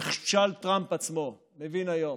ממשל טראמפ עצמו מבין היום